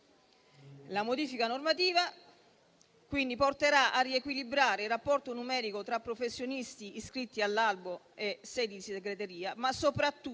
La modifica normativa porterà quindi a riequilibrare il rapporto numerico tra professionisti iscritti all'albo e sedi di segreteria, ma soprattutto